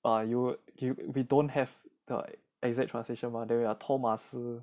err you you we don't have the exact translations mah 托马斯